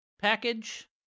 Package